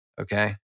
Okay